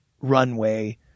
runway